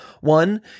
one